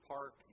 Park